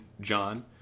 John